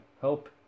help